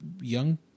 young